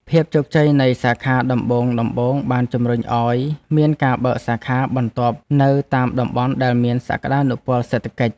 ភាពជោគជ័យនៃសាខាដំបូងៗបានជំរុញឱ្យមានការបើកសាខាបន្ទាប់នៅតាមតំបន់ដែលមានសក្តានុពលសេដ្ឋកិច្ច។